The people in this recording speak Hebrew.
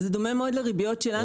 זה דומה מאוד לריביות שלנו.